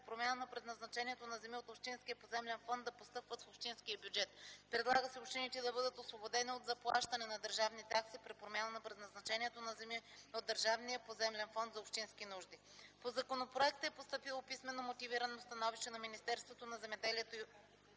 промяна на предназначението на земи от общинския поземлен фонд да постъпват в общинския бюджет. Предлага се общините да бъдат освободени от заплащане на държавни такси при промяна на предназначението на земи от държавния поземлен фонд за общински нужди. По законопроекта е постъпило писмено мотивирано становище на Министерството на земеделието и